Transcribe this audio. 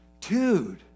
Dude